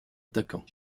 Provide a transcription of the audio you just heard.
attaquant